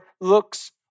looks